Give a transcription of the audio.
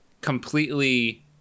completely